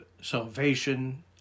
salvation